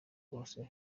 bose